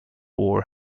war